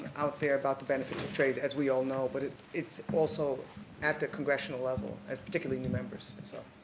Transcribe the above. out there about the benefits of trade, as we all know. but, it's it's also at the congressional level, ah particularly new members. and so